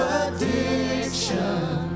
addiction